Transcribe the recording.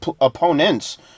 opponents